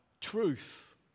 truth